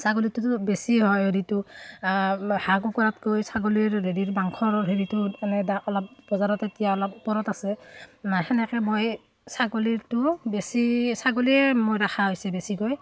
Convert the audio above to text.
ছাগলীটোতো বেছি হয় হেৰিটো হাঁহ কুকুৰাতকৈ ছাগলীৰ হেৰিৰ মাংসৰ হেৰিটো এনেই দাম অলপ বজাৰত এতিয়া অলপ ওপৰত আছে সেনেকৈ মই ছাগলীৰটো বেছি ছাগলীয়ে মই ৰখা হৈছে বেছিকৈ